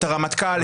את הרמטכ"ל,